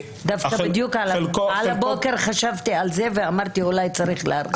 דווקא על הבוקר חשבתי על זה ואמרתי שאולי צריך להרחיב.